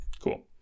cool